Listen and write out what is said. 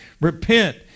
repent